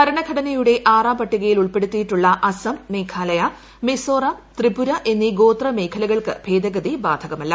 ഭരണഘടനയുടെ ആറാം പട്ടികയിൽ ഉൾപ്പെടുത്തിയിട്ടുള്ള അസം മേഘാലയ മിസോറം ത്രിപുര എന്നീ ഗോത്രമേഖലകൾക്ക് ഭേദഗതി ബാധകമല്ല